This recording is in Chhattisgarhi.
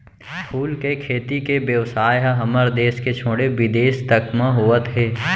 फूल के खेती के बेवसाय ह हमर देस के छोड़े बिदेस तक म होवत हे